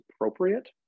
appropriate